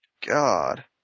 God